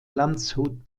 landshut